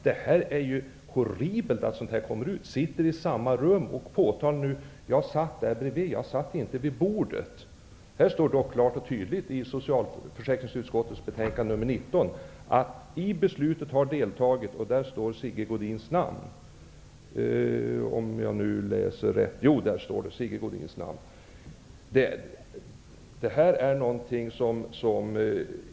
Det är horribelt att höra att Sigge Godin satt i samma rum vid aktuellt tillfälle, men att han hänvisar till att han inte satt vid bordet utan satt bredvid. I socialförsäkringsutskottets betänkande SfU19 står det klart och tydligt att Sigge Godin deltagit i beslutet.